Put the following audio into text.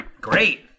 Great